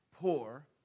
poor